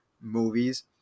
movies